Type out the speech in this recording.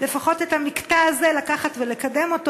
לפחות את המקטע הזה לקחת ולקדם,